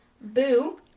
Boo